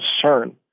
concern